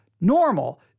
normal